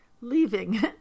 leaving